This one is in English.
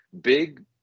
big